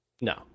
No